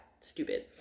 Stupid